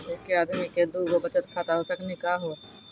एके आदमी के दू गो बचत खाता हो सकनी का हो?